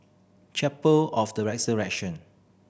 Chapel of the Resurrection